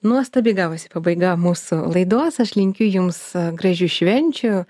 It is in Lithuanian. nuostabiai gavosi pabaiga mūsų laidos aš linkiu jums gražių švenčių